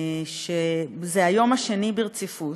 זה היום השני ברציפות,